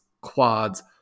quads